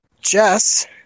Jess